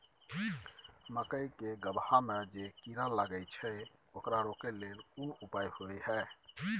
मकई के गबहा में जे कीरा लागय छै ओकरा रोके लेल कोन उपाय होय है?